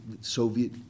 Soviet